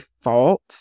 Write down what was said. fault